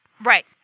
Right